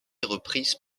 reprise